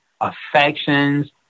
affections